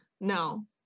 No